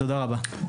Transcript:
תודה רבה.